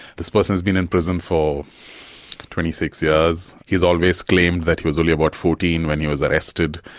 this person has been in prison for twenty six years, he has always claimed that he was only about fourteen when he was arrested.